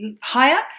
higher